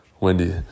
Wendy